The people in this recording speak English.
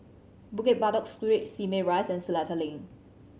Bukit Batok Street Simei Rise and Seletar Link